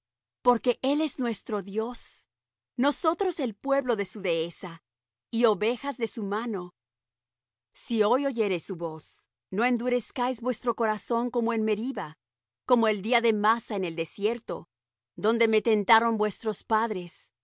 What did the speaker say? porque él es nuestro dios nosotros el pueblo de su dehesa y ovejas de su mano si hoy oyereis su voz no endurezcáis vuestro corazón como en meriba como el día de masa en el desierto donde me tentaron vuestros padres